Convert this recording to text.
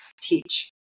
teach